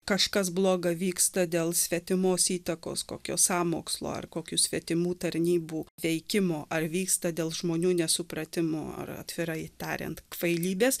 kažkas bloga vyksta dėl svetimos įtakos kokio sąmokslo ar kokių svetimų tarnybų veikimo ar vyksta dėl žmonių nesupratimo ar atvirai tariant kvailybės